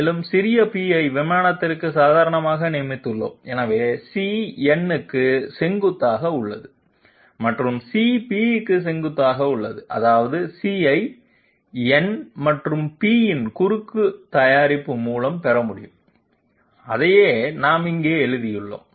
மேலும் சிறிய p ஐ விமானத்திற்கு சாதாரணமாக நியமித்துள்ளோம் எனவே c n க்கு செங்குத்தாக உள்ளது மற்றும் c p க்கு செங்குத்தாக உள்ளது அதாவது c ஐ n மற்றும் p இன் குறுக்கு தயாரிப்பு மூலம் பெற முடியும் அதையே நாம் இங்கே எழுதியுள்ளோம்